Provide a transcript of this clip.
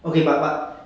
okay okay but but